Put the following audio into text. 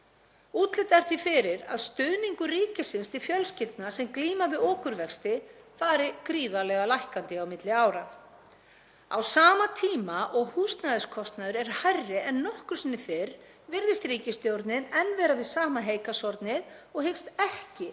Útlit er því fyrir að stuðningur ríkisins til fjölskyldna sem glíma við okurvexti fari gríðarlega mikið lækkandi milli ára. Á sama tíma og húsnæðiskostnaður er hærri en nokkru sinni fyrr virðist ríkisstjórnin enn vera við sama heygarðshornið og hyggst ekki